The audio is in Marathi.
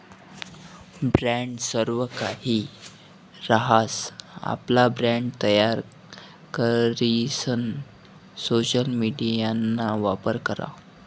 ब्रॅण्ड सर्वकाहि रहास, आपला ब्रँड तयार करीसन सोशल मिडियाना वापर करा